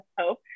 hope